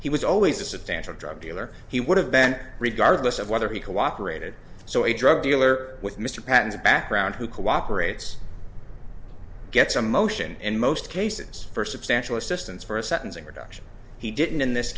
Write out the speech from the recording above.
he was always a substantial drug dealer he would have been regardless of whether he cooperated so a drug dealer with mr pattens background who cooperates gets a motion in most cases for substantial assistance for a sentencing reduction he didn't in this